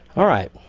all right.